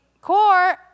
Court